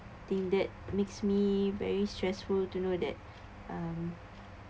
think that makes me very stressful to know that um